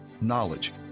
knowledge